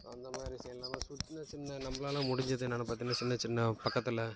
அந்தமாதிரி செயல்லல்லாம் ஸோ சின்ன சின்ன நம்மளால முடிஞ்சது என்னென்னு பார்த்தின்னா சின்ன சின்ன பக்கத்தில்